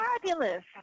fabulous